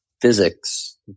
physics